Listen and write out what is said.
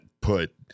put